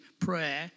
prayer